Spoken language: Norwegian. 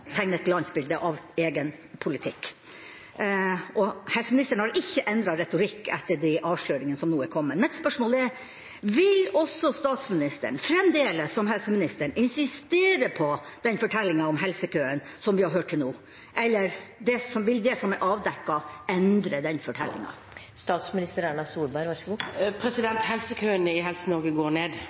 et glansbilde av egen politikk, og helseministeren har ikke endret retorikk etter avsløringene som nå har kommet. Mitt spørsmål er: Vil statsministeren fremdeles, som helseministeren, insistere på den fortellingen om helsekøen som vi har hørt til nå, eller vil det som er avdekket, endre den fortellingen? Helsekøene i Helse-Norge går ned, det viser alle de andre indikatorene også. Om de har gått ned